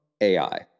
AI